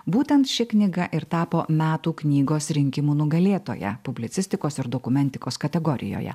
būtent ši knyga ir tapo metų knygos rinkimų nugalėtoja publicistikos ir dokumentikos kategorijoje